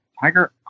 tiger